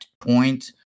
point